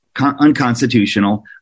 unconstitutional